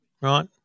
right